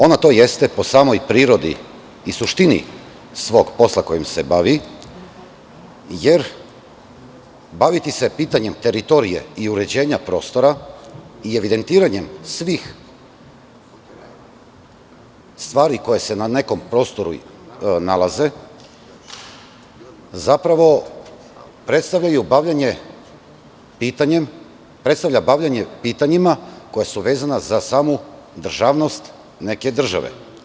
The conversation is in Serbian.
Ona to jeste po samoj prirodi i suštini svog posla kojim se bavi, jer baviti se pitanjem teritorije i uređenja prostora i evidentiranjem svih stvari koje se na nekom prostoru nalaze, zapravo predstavlja bavljenje pitanjima koja su vezana za samu državnost neke države.